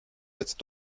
jetzt